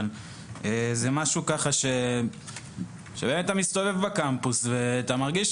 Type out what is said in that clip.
אבל זה משהו שאתה מסתובב בקמפוס ואתה מרגיש